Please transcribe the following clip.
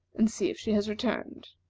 and see if she has returned.